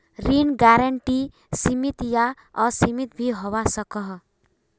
ऋण गारंटी सीमित या असीमित भी होवा सकोह